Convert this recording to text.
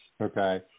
okay